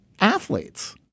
athletes